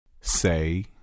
Say